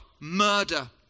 murder